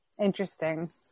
interesting